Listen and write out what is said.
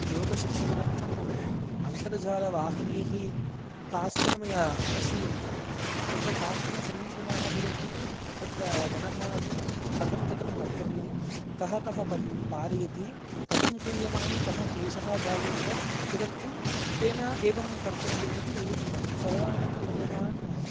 योगशिक्षणार्थम् अन्तर्जालवाहिनीः काश्चन मया अनुस्रियन्ते तत्र काश्चन समीचीनाः भवन्ति तत्र जनः अपि कथं कथं कर्तव्यं कः कः कर्तुं पारयति कथं क्रियमाणे कः क्लेशः जायेत तदर्थं तेन एवं कर्तव्यम् इति सर्वान् अपि नियमान्